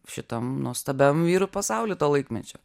šitam nuostabiam vyrų pasauly to laikmečio